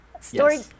Story